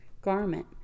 garment